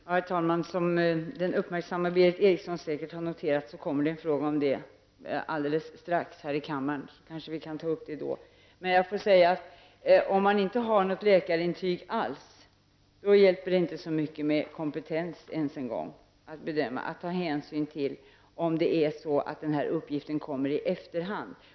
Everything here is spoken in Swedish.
Herr talman! Som den uppmärksamma Berith Eriksson säkert har noterat kommer frågan upp i kammaren alldeles strax. Vi kan kanske diskutera saken då, men låt mig säga, att om man inte har något läkarintyg alls, hjälper det inte ens med kompetens, om uppgiften kommer i efterhand.